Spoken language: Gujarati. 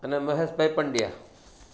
અને મહેશભાઈ પંડયા